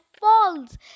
falls